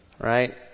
Right